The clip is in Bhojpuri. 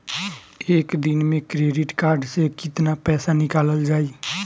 एक दिन मे क्रेडिट कार्ड से कितना पैसा निकल जाई?